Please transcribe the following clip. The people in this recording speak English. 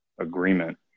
agreement